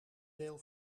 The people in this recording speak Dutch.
deel